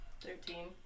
Thirteen